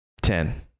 Ten